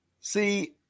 See